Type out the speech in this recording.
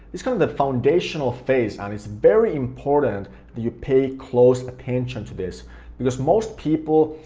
it's kind of the foundational phase and it's very important that you pay close attention to this because most people,